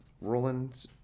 roland